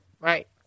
Right